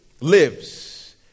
Lives